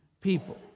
people